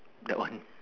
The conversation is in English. that one